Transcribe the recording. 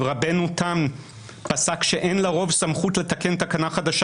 רבנו תם פסק שאין לרוב סמכות לתקן תקנה חדשה